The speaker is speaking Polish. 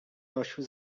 nosił